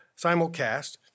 simulcast